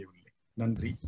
Nandri